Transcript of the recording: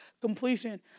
completion